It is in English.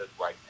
right